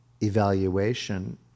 evaluation